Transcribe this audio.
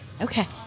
Okay